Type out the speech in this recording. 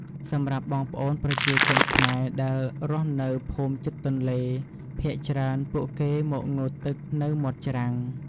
សម្រាប់់បងប្អូនប្រជាជនខ្មែរដែលរស់នៅភូមិជិតទន្លេ ភាគច្រើន ពួកគេមកងូតទឹកនៅមាត់ច្រាំង។